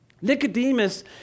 Nicodemus